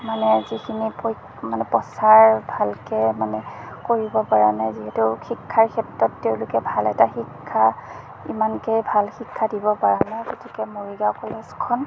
মানে যিখিনি মানে প্ৰচাৰ ভালকৈ মানে কৰিব পৰা নাই যিহেতু শিক্ষাৰ ক্ষেত্ৰত তেওঁলোকে ভাল এটা শিক্ষা ইমানকৈ ভাল শিক্ষা দিব পৰা নাই গতিকে মৰিগাঁও কলেজখন